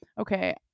okay